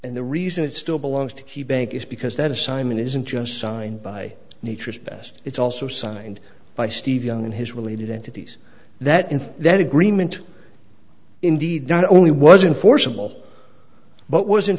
and the reason it still belongs to he bank is because that assignment isn't just signed by nature's best it's also signed by steve young and his related entities that in that agreement indeed not only was unfortunate but wasn't